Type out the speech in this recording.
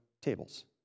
tables